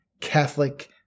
Catholic